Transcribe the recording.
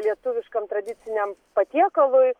lietuviškam tradiciniam patiekalui